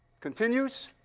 continues.